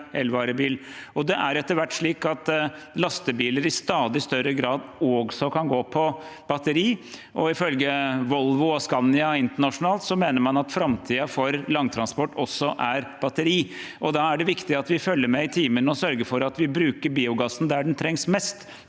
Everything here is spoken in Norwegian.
det er etter hvert blitt slik at lastebiler i stadig større grad også kan gå på batteri. Ifølge Volvo og Scandia internasjonalt mener man at framtiden for langtransport også er batteri. Da er det viktig at vi følger med i timen og sørger for at vi bruker biogassen der den trengs mest,